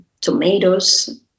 tomatoes